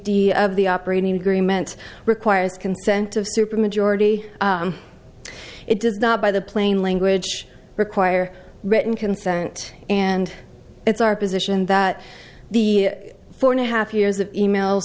d of the operating agreement requires consent of supermajority it does not by the plain language require written consent and it's our position that the four and a half years of e mail